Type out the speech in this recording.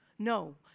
No